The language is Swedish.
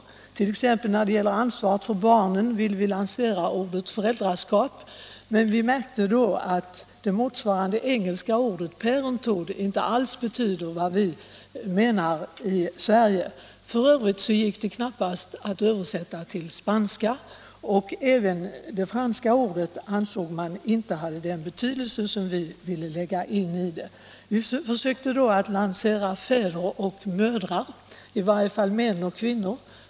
Vi ville t.ex. när det gäller ansvaret för barnen lansera ordet föräldraskap. Men vi märkte då att det motsvarande engelska ordet parenthood inte alls betyder vad vi menar i Sverige. F. ö. gick det inte alls att översätta till spanska. Inte heller det franska ordet ansågs ha den betydelse som vi ville lägga in i det. Vi försökte då att lansera ”fäder och mödrar” eller i varje fall ”män och kvinnor”.